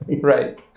Right